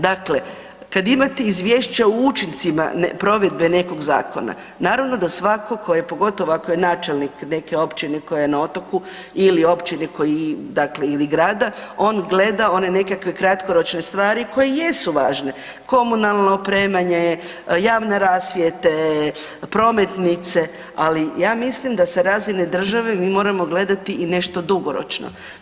Dakle, kada imate izvješća o učincima provedbe nekog zakona, naravno da svako pogotovo ako je načelnik neke općine koja je na otoku ili grada on gleda one nekakve kratkoročne stvari koje jesu važne, komunalno opremanje, javne rasvjete, prometnice, ali ja mislim da sa razine države mi moramo gledati i nešto dugoročno.